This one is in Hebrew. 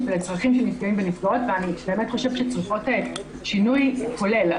ולצרכים של נפגעים ונפגעות ואני באמת חושבת שצריכות שינוי כולל.